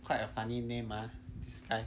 quite a funny name ah